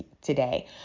today